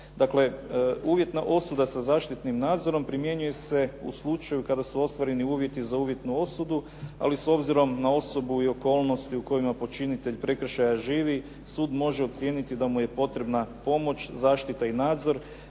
Dakle, uvjetna osuda sa zaštitnim nadzorom primjenjuje se u slučaju kada su ostvareni uvjeti za uvjetnu osudu, ali s obzirom na osobu i okolnosti u kojima počinitelj prekršaja živi, sud može ocijeniti da mu je potrebna pomoć, zaštita i nadzor